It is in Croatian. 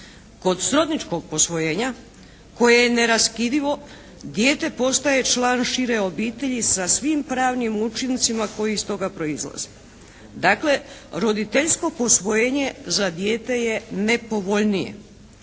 Kod srodničkog posvojenja koje je neraskidivo, dijete postaje član šire obitelji sa svim pravnim učincima koji iz toga proizlaze. Dakle roditeljsko posvojenje za dijete je nepovoljnije.